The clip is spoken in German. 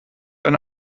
ein